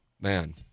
man